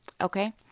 Okay